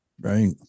Right